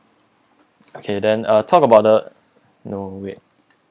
okay then uh talk about the no wait